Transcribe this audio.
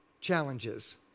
challenges